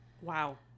Wow